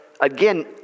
again